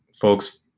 folks